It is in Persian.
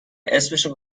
اسمشو